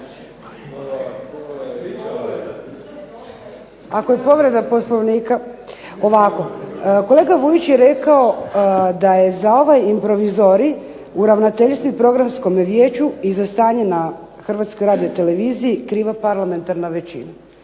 Ako je povreda Poslovnika. Ovako, kolega Vujić je rekao da je .../Govornica se ne razumije./... u ravnateljstvu i Programskome vijeću i za stanje na Hrvatskoj radioteleviziji kriva parlamentarna većina.